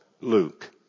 Luke